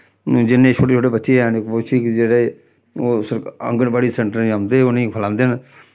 हून जिन्ने छोटे छोटे बच्चे हैन कपोशक जेह्ड़े ओह् सर आंगनबाड़ी सैंटरें च औंदे उ'नें ई खलांदे न